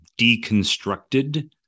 deconstructed